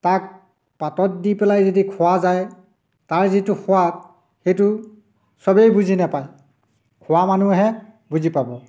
তাক পাতত দি পেলাই যদি খোৱা যায় তাৰ যিটো সোৱাদ সেইটো চবেই বুজি নাপায় খোৱা মানুহে বুজি পাব